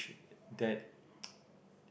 that